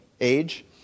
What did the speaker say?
age